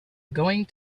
going